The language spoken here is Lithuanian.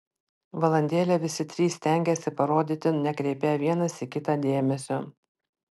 valandėlę visi trys stengėsi parodyti nekreipią vienas į kitą dėmesio